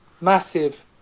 massive